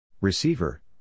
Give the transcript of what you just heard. Receiver